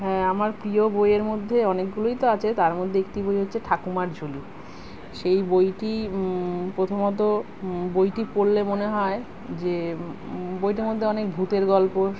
হ্যাঁ আমার প্রিয় বইয়ের মধ্যে অনেকগুলোই তো আছে তার মধ্যে একটি বই হচ্ছে ঠাকুরমার ঝুলি সেই বইটি প্রথমত বইটি পড়লে মনে হয় যে বইটির মধ্যে অনেক ভূতের গল্প